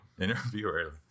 interviewer